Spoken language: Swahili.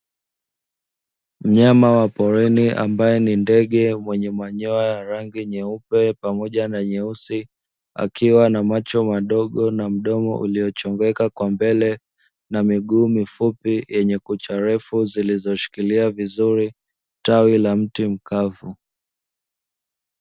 Mnyama wa porini ambaye ni ndege, mwenye manyoya ya rangi nyeupe pamoja na nyeusi, akiwa na macho madogo na mdomo uliochongoka kwa mbele, na miguu mifupi yenye kucha refu, zilizoshikilia vizuri tawi la mti mkavu.